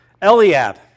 Eliab